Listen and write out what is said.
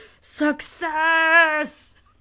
success